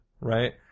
right